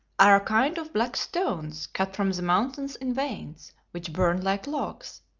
are a kind of black stones cut from the mountains in veins, which burn like logs.